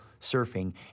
surfing